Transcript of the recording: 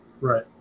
Right